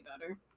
better